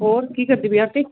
ਹੋਰ ਕੀ ਕਰਦੀ ਪਈ ਆਰਤੀ